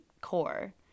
core